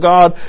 God